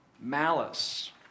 Malice